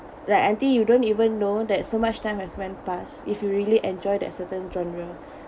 like until you don't even know that so much time has went pass if you really enjoy that certain genre